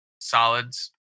solids